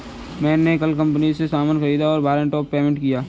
मैं कल कंपनी से सामान ख़रीदा और उन्हें वारंट ऑफ़ पेमेंट दिया